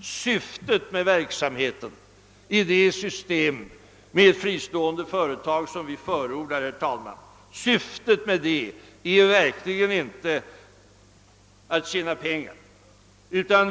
Syftet med det system med fristående verksamhet som vi förordar, herr talman, är verkligen inte att tjäna pengar.